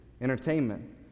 entertainment